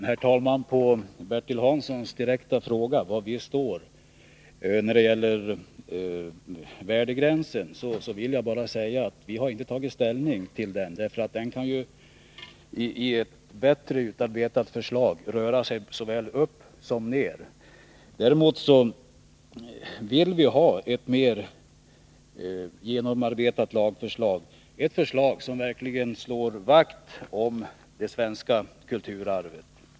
Herr talman! På Bertil Hanssons direkta fråga, var vi står när det gäller värdegränsen, vill jag bara svara att vi inte tagit ställning till den. Den kan röra sig såväl uppåt som nedåt i ett bättre förslag. Däremot vill vi ha ett mera genomarbetat lagförslag, ett förslag som verkligen slår vakt om det svenska kulturarvet.